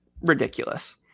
ridiculous